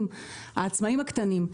העצמאים והפרילנסרים הקטנים.